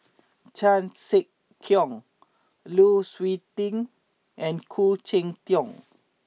Chan Sek Keong Lu Suitin and Khoo Cheng Tiong